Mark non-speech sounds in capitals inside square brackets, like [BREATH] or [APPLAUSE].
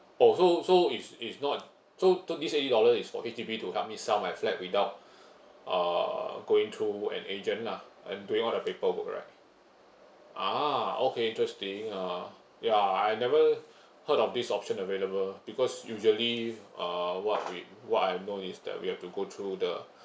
oh so so it's it's not so th~ this eighty dollar is for H_D_B to help me sell my flat without [BREATH] uh going through an agent lah I'm doing all the paperwork right ah okay interesting uh ya I never heard of this option available because usually uh what we what I know is that we have to go through the